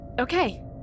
Okay